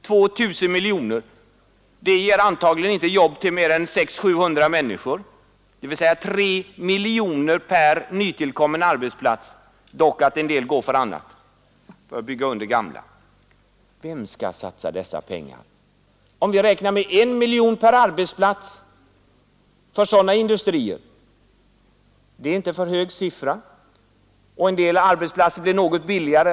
2 000 miljoner — det ger antagligen inte jobb till mer än 600-700 människor, dvs. 3 miljoner kronor per nytillkommen arbetsplats; dock att en del pengar går åt för att bygga ut gamla arbetsplatser. Vem skall satsa sådana pengar i större omfattning? Man kan räkna med 1 miljon per arbetsplats för sådana industrier. En del arbetsplatser blir billigare.